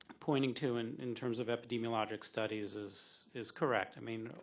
pointing to and in terms of epidemiologic studies is is correct. i mean,